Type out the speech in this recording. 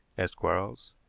asked quarles.